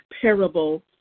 parable